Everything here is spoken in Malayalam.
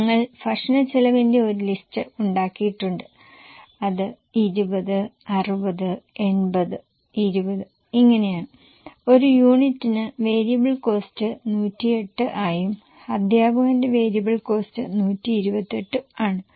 ഞങ്ങൾ ഭക്ഷണച്ചെലവിന്റെ ഒരു ലിസ്റ്റ് ഉണ്ടാക്കിയിട്ടുണ്ട് അത് 20 60 80 20 എന്നിങ്ങനെയാണ് ഒരു യൂണിറ്റിന് വേരിയബിൾ കോസ്റ്റ് 108 ആയും അദ്ധ്യാപകൻറെ വേരിയബിൾ കോസ്റ്റ് 128 ഉം ആണ്